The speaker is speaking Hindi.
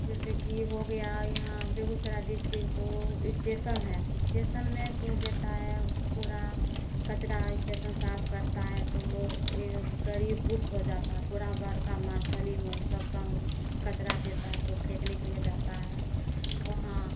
जैसे कि हो गया यहाँ बेगूसराय डिस्ट्रिक्ट तो एस्टेशन है एस्टेशन में तो देता है कूड़ा कचरा एस्टेशन साफ़ करता है तो एक गाड़ी बुक हो जाती है पूरा बड़का मार्शल में ही सब कचरा देता है तो फेंकने के लिए जाता है वहाँ